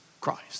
Christ